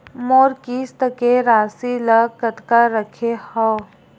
मोर किस्त के राशि ल कतका रखे हाव?